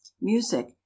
music